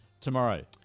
tomorrow